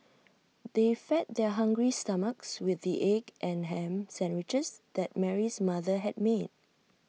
they fed their hungry stomachs with the egg and Ham Sandwiches that Mary's mother had made